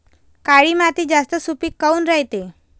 काळी माती जास्त सुपीक काऊन रायते?